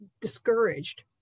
discouraged